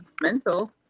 mental